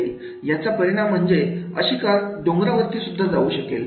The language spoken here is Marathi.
याचा परिणाम म्हणजे अशी कार डोंगरावरती सुद्धा जाऊ शकेल